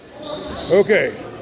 Okay